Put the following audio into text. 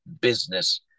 business